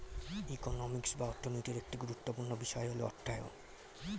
economics বা অর্থনীতির একটি গুরুত্বপূর্ণ বিষয় হল অর্থায়ন